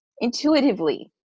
intuitively